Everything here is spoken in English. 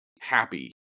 happy